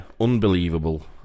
Unbelievable